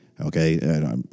okay